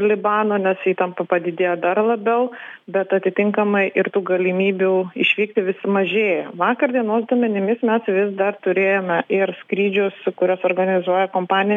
libano nes įtampa padidėjo dar labiau bet atitinkamai ir tų galimybių išvykti vis mažėja vakar dienos duomenimis mes vis dar turėjome ir skrydžius kuriuos organizuoja kompanija